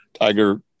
Tiger